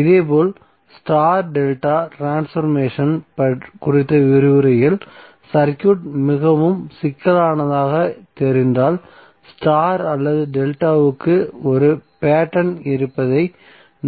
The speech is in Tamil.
இதேபோல் ஸ்டார் டெல்டா ட்ரான்ஸ்பர்மேசன் குறித்த விரிவுரையில் சர்க்யூட் மிகவும் சிக்கலானதாகத் தெரிந்தால் ஸ்டார் அல்லது டெல்டாவுக்கு ஒரு பேட்டர்ன் இருப்பதை